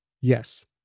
Yes